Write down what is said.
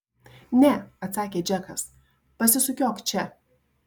ne atsakė džekas pasisukiok čia